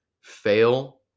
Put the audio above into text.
fail